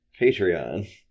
Patreon